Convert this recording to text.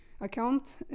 account